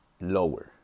lower